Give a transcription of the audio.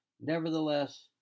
nevertheless